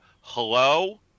hello